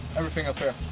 everything up here